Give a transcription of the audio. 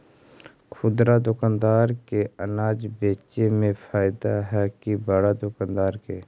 खुदरा दुकानदार के अनाज बेचे में फायदा हैं कि बड़ा दुकानदार के?